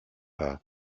her